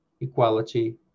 equality